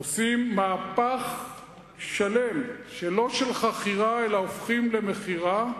עושים מהפך שלם, לא של חכירה, אלא הופכים למכירה,